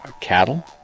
cattle